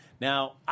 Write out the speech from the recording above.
Now